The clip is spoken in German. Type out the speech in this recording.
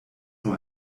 nur